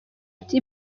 ati